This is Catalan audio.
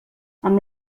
amb